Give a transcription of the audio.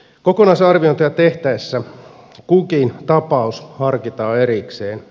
kokonaisarviointia tehtäessä kukin tapaus harkitaan erikseen